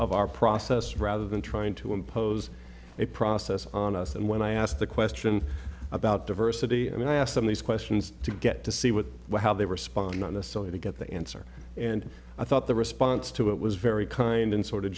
of our process rather than trying to impose a process on us and when i ask the question about diversity and i ask them these questions to get to see what how they respond honestly to get the answer and i thought the response to it was very kind and sort of